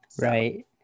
Right